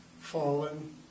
fallen